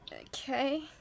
okay